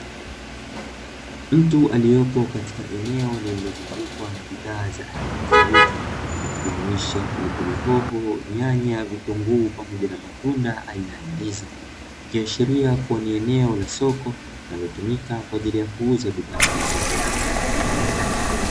Mtu aliepo katika eneo lililozungukwa na bidhaa za aina tofauti, ikijumuisha pilipilihoho, nyanya, vitunguu pamoja na matunda aina ya ndizi; ikiashiria kuwa ni eneo la soko linalotumika kwa ajili ya kuuza bidhaa hizo.